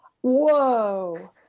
whoa